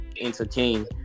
entertain